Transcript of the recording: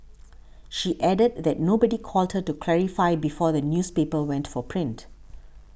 she added that nobody called her to clarify before the newspaper went for print